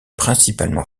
principalement